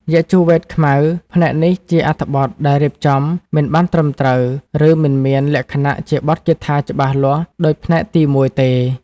យជុវ៌េទខ្មៅ ផ្នែកនេះជាអត្ថបទដែលរៀបចំ មិនបានត្រឹមត្រូវ ឬមិនមានលក្ខណៈជាបទគាថាច្បាស់លាស់ដូចផ្នែកទីមួយទេ។